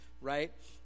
right